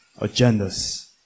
agendas